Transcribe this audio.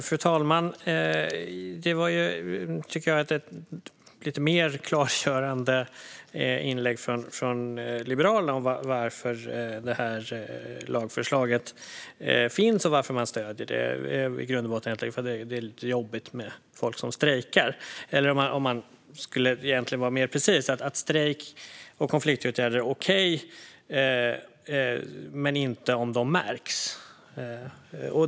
Fru talman! Det var ett mer klargörande inlägg från Liberalerna om varför det här lagförslaget finns och varför man stöder det. Det beror helt enkelt i grund och botten på att det är lite jobbigt med folk som strejkar. För att vara lite mer precis är strejk och konfliktåtgärder okej, men inte om de märks.